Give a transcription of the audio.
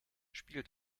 spiel